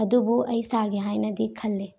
ꯑꯗꯨꯕꯨ ꯑꯩ ꯁꯥꯒꯦ ꯍꯥꯏꯅꯗꯤ ꯈꯜꯂꯤ